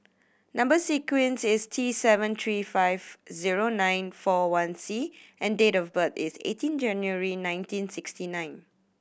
number sequence is T seven three five zero nine four one C and date of birth is eighteen January nineteen sixty nine